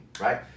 right